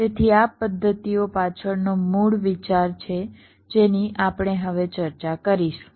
તેથી આ પદ્ધતિઓ પાછળનો મૂળ વિચાર છે જેની આપણે હવે ચર્ચા કરીશું